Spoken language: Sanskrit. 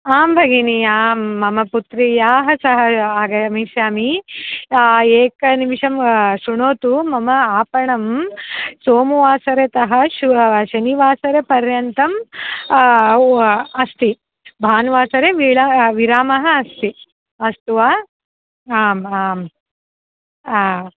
आं भगिनि आं मम पुत्र्या सह आगमिष्यामि एकनिमेषं श्रुणोतु मम आपणं सोमवासरतः श शनिवासरपर्यन्तम् अस्ति भानुवासरे विरामः विरामः अस्ति अस्तु वा आम् आम्